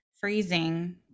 freezing